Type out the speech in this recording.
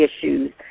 issues